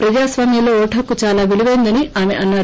ప్రజాస్వామ్యంలో ఓటు హక్కు దాలా విలువైనదని ఆమె అన్నారు